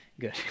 good